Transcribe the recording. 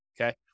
okay